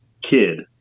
kid